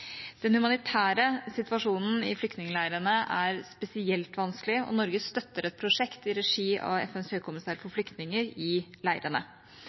Den humanitære situasjonen i flyktningleirene er spesielt vanskelig, og Norge støtter et prosjekt i regi av FNs høykommissær for flyktninger i leirene.